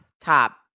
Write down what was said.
top